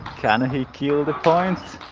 can and can the points?